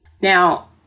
now